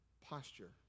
posture